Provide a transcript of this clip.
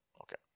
Okay